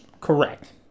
Correct